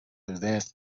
advance